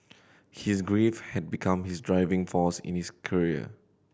his grief had become his driving force in his career